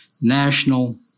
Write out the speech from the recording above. national